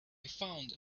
found